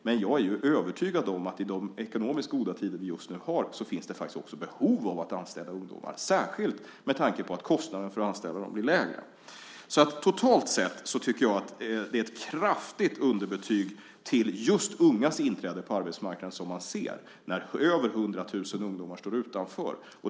Men jag är övertygad om att i de ekonomiskt goda tider som vi just nu har finns det faktiskt behov av att anställa ungdomar, särskilt med tanke på att kostnaderna för att anställa dem blir lägre. Totalt sett tycker jag att det är ett kraftigt underbetyg när det gäller just ungas inträde på arbetsmarknaden när över 100 000 ungdomar står utanför.